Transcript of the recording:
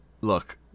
look